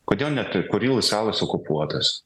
kodėl net kurilų salos okupuotas